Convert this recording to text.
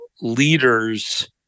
leaders